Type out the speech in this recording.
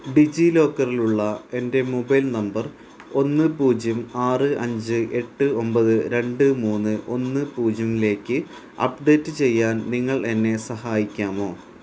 ഡിജി ലോക്കറിലുള്ള എൻ്റെ mobile number ഒന്ന് പൂജ്യം ആറ് അഞ്ച് എട്ട് ഒൻപത് രണ്ട് മൂന്ന് ഒന്ന് പൂജ്യംലേക്ക് അപ്ഡേറ്റ് ചെയ്യാൻ നിങ്ങൾ എന്നെ സഹായിക്കാമോ